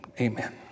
Amen